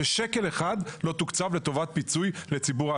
ששקל אחד לא תוקצב לטובת פיצוי לציבור העצמאים,